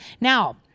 Now